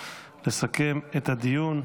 לסכם את הדיון.